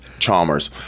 Chalmers